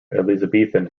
elizabethan